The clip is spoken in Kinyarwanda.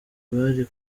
bari